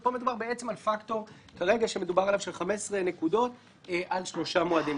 ופה מדובר בעצם על פקטור כרגע של 15 נקודות על שלושה מועדים.